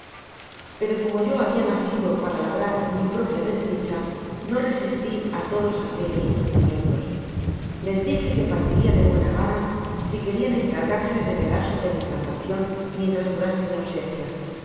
pero como yo habia nacido para labrar mi propia desdicha no resisti á todos aquellos ofrecimientos les dije que partiria de buena gana si querian encargarse de vejar sobre mi plantacion mientras durase mi ausencia